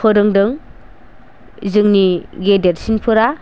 फोरोंदों जोंनि गेदेरसिनफोरा